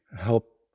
help